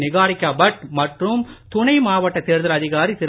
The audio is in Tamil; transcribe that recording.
நிகாரிகா பட் மற்றும் துணைமாவட்ட தேர்தல் அதிகாரி திரு